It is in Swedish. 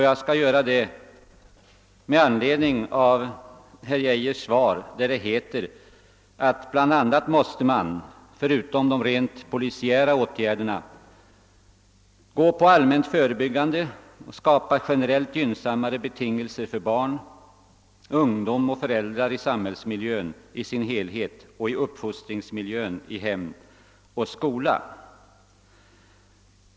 Jag skall göra det med anledning av herr Geijers svar, vari det heter att utom rent polisiära åtgärder måste man också vidta allmänt förebyggande åtgärder, skapa gynnsammare betingelser för barn, ungdom och föräldrar i samhällsmiljön, i uppfostringsmiljön i hemmen och i skolan.